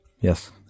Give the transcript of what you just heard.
Yes